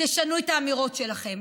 תשנו את האמירות שלכם?